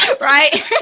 right